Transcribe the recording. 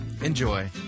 Enjoy